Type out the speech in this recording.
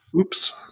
Oops